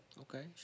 Okay